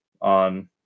on